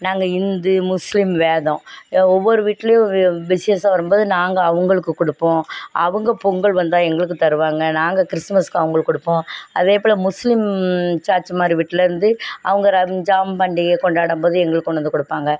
நாங்கள் இந்து முஸ்லீம் வேதம் ஒவ்வொரு வீட்லையும் வி விசேஷம் வரும் போது நாங்கள் அவங்களுக்கு கொடுப்போம் அவங்க பொங்கல் வந்தால் எங்களுக்கும் தருவாங்க நாங்கள் கிறிஸ்மஸுக்கு அவங்களுக்கு கொடுப்போம் அதே போல் முஸ்லீம் சர்ச்சு மாதிரி வீட்டில் இருந்து அவங்க ரம்ஜான் பண்டிகை கொண்டாடும் போது எங்களுக்கு கொண்டு வந்து கொடுப்பாங்க